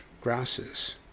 grasses